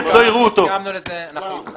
הסכמנו איתך.